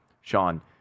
Sean